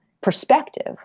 perspective